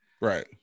right